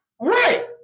Right